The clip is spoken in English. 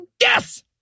Yes